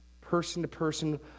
person-to-person